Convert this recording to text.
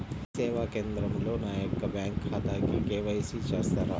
మీ సేవా కేంద్రంలో నా యొక్క బ్యాంకు ఖాతాకి కే.వై.సి చేస్తారా?